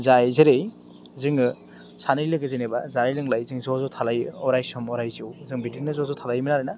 जाय जेरै जोङो सानै लोगो जेनेबा जालाय लोंलाय जों ज' ज' थालायो अरायसम अराय जिउ जों बिदिनो ज' ज' थालायोमोन आरो ना